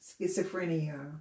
schizophrenia